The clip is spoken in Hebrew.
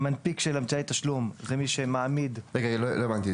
לא הבנתי.